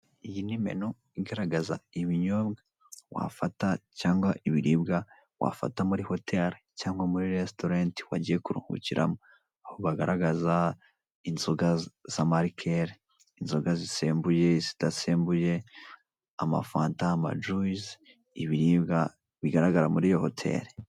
Iyi ni menu igaragaza ibinyobwa wafata cyangwa ibiribwa wafata muri hotel cyangwa muri resitorenti wagiye kuruhukiramo. Aho bagaragaza inzoga z'amalikeri, inzoga zisembuye, zidasembuye, amafanta amajuyise, ibiribwa bigaragara muri iyo hoteli.